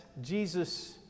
Jesus